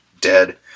dead